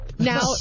Now